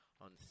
on